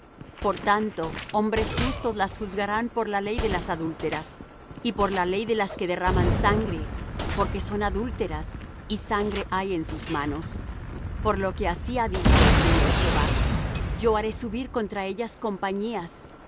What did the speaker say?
por tanto hombres justos las juzgarán por la ley de las adúlteras y por la ley de las que derraman sangre porque son adúlteras y sangre hay en sus manos por lo que así ha dicho el señor jehová yo haré subir contra ellas compañías